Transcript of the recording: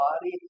body